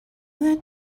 that